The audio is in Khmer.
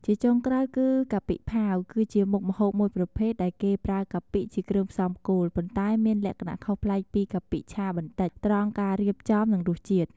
ជាចុងក្រោយគឺ កាពិផាវ គឺជាមុខម្ហូបមួយប្រភេទដែលគេប្រើកាពិជាគ្រឿងផ្សំគោល ប៉ុន្តែមានលក្ខណៈខុសប្លែកពីកាពិឆាបន្តិចត្រង់ការរៀបចំ និងរសជាតិ។